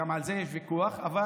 וגם על זה יש ויכוח אבל